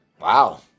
Wow